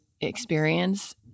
experience